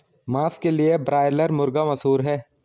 मांस के लिए ब्रायलर मुर्गा मशहूर है